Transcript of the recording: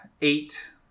eight